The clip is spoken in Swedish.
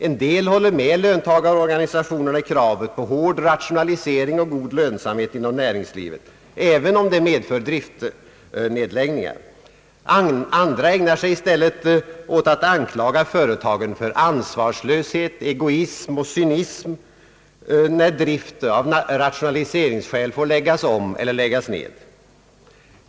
En del håller med löntagarorganisationerna i kravet på hård rationalisering och god lönsamhet inom näringslivet, även om det medför driftnedläggelser. Andra ägnar sig i stället åt att anklaga företagen för ansvarslöshet, egoism och cynism, när drift av rationaliseringsskäl får läggas om eller läggas ner.